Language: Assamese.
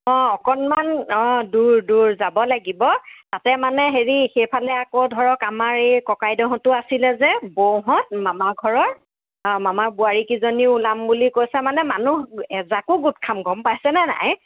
অঁ অকণমান অঁ দূৰ দূৰ যাব লাগিব তাতে মানে হেৰি সেইফালে আকৌ ধৰক আমাৰ এই ককাইদেউহঁতো আছিলে যে বৌহঁত মামা ঘৰৰ অঁ মামাৰ বোৱাৰীকেইজনীও ওলাম বুলি কৈছে মানে মানুহ এজাকো গোট খাম গম পাইছেনে নাই